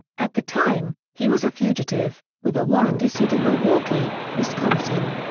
at the time, he was a fugitive, with a warrant issued in milwaukee, wisconsin.